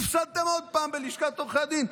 הפסדתם עוד פעם בלשכת עורכי הדין.